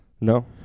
No